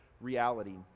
reality